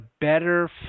better